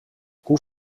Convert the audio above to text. hoe